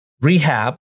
rehab